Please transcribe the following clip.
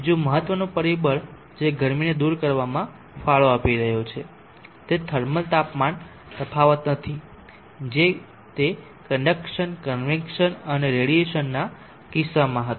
બીજું મહત્વનું પરિબળ જે ગરમીને દૂર કરવામાં ફાળો આપી રહ્યો છે તે થર્મલ તાપમાન તફાવત નથી જે તે કન્ડકસન કન્વેક્સન અને રેડીએસનના કિસ્સામાં હતો